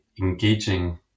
engaging